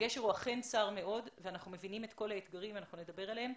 הגשר הוא אכן צר מאוד ואנחנו מבינים את כל האתגרים ונדבר עליהם.